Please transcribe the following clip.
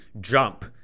jump